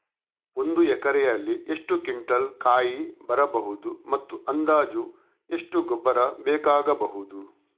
ಒಂದು ಎಕರೆಯಲ್ಲಿ ಎಷ್ಟು ಕ್ವಿಂಟಾಲ್ ಕಾಯಿ ಬರಬಹುದು ಮತ್ತು ಅಂದಾಜು ಎಷ್ಟು ಗೊಬ್ಬರ ಬೇಕಾಗಬಹುದು?